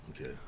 Okay